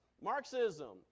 Marxism